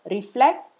Reflect